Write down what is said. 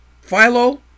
Philo